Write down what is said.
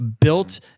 built